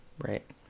right